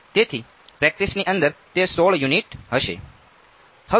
તેથી પ્રેકટીસની અંદર તે 16 યુનિટ હશે